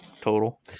total